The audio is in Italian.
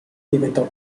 diventò